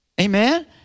Amen